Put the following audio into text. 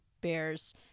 Bears